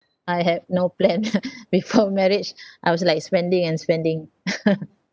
I had no plan before marriage I was like spending and spending